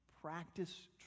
practice